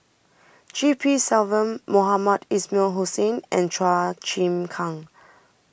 G P Selvam Mohamed Ismail Hussain and Chua Chim Kang